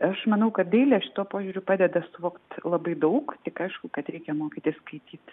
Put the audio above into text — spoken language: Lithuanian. aš manau kad dailė šituo požiūriu padeda suvokti labai daug tik aišku kad reikia mokytis skaityt